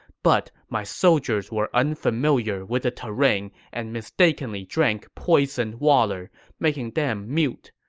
but my soldiers were unfamiliar with the terrain and mistakenly drank poisoned water, making them mute.